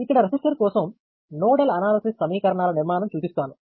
ఇక్కడ రెసిస్టర్ కోసం nodal analysis సమీకరణాల నిర్మాణం చూపిస్తాను